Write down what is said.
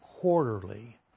quarterly